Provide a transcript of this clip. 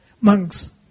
monks